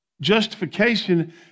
justification